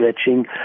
stretching